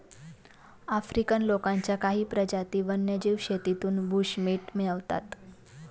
African लोकांच्या काही प्रजाती वन्यजीव शेतीतून बुशमीट मिळवतात